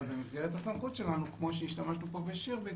במסגרת הסמכות שלנו כמו שהשתמשנו פה בשירביט